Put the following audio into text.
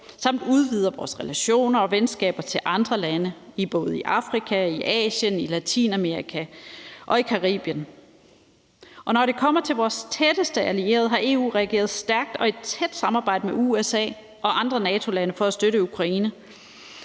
samt udvider vores relationer og venskaber til andre lande i både Afrika, Asien, Latinamerika og Caribien. Når det kommer til vores tætteste allierede, har EU reageret stærkt og i tæt samarbejde med USA og andre NATO-lande for at støtte Ukraine,